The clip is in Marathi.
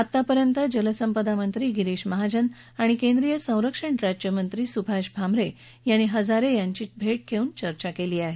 आतापर्यंत जलसंपदा मंत्री गिरीष महाजन आणि केंद्रीय संरक्षण राज्यमंत्री सुभाष भामरे यांनी हजारे यांची भेट घेऊन चर्चा केली आहे